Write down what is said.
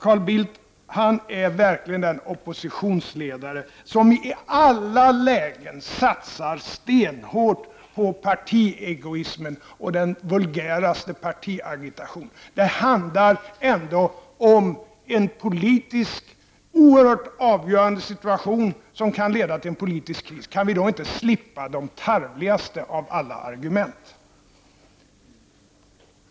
Carl Bildt är verkligen en oppositionsledare som i alla lägen satsar stenhårt på partiegoismen och den vulgära partiagitationen. Här har vi ändå en oerhört avgörande situation som kan leda till en politisk kris. Kan vi då inte slippa de tarvligaste av alla argument?